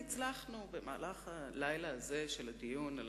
הצלחנו במהלך הלילה הזה של הדיון על